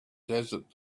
desert